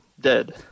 Dead